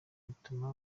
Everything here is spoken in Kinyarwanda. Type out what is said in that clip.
bituma